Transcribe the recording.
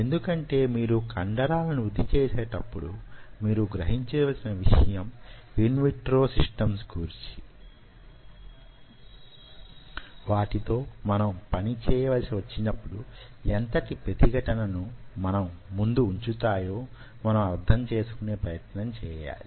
ఎందుకంటే మీరు కండరాలను వృద్ధి చేసేటప్పుడు మీరు గ్రహించవలసిన విషయం ఇన్ విట్రో సిస్టమ్స్ గూర్చి వాటితో మనం పని చేయవలసి వచ్చినప్పుడు యెంతటి ప్రతిఘటన ను మన ముందు ఉంచుతాయో మనం అర్థం చేసుకునే ప్రయత్నం చేయాలి